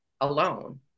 alone